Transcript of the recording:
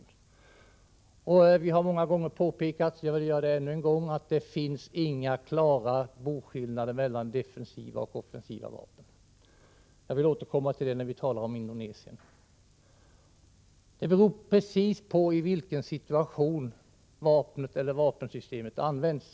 Jag vill upprepa vad vi många gånger påpekat, nämligen att det inte finns någon klar boskillnad mellan defensiva och offensiva vapen — jag återkommer till detta i samband med frågan om exporten till Indonesien. Det avgörande är i vilken situation vapnet eller vapensystemet används.